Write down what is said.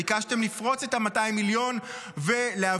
ביקשתם לפרוץ את ה-200 מיליון ולהביא